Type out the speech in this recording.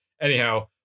Anyhow